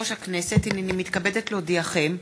יושב-ראש הכנסת, הנני מתכבדת להודיעכם,